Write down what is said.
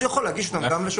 הוא יכול להגיש אותן לשופט.